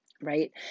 right